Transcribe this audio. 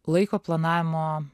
laiko planavimo